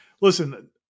listen